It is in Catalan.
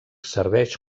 serveix